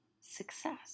success